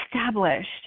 established